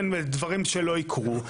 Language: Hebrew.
דברים שלא יקרו.